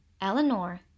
Eleanor